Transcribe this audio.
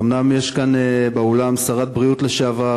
אומנם יש כאן באולם שרת בריאות לשעבר,